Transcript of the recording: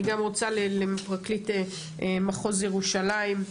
אני גם רוצה לפרקליט מחוז ירושלים.